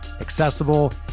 accessible